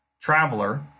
traveler